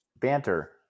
Banter